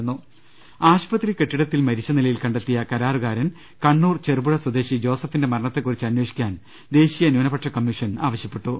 രദേഷ്ടെടു ആശുപത്രി കെട്ടിടത്തിൽ മരിച്ച നിലയിൽ കണ്ടെത്തിയ കരാറുകാരൻ കണ്ണൂർ ചെറുപുഴ സ്വദേശി ജോസഫിന്റെ മരണത്തെക്കുറിച്ച് അന്വേഷിക്കാൻ ദേശീയ ന്യൂനപക്ഷ കമ്മീഷൻ ആവശ്യപ്പെട്ടു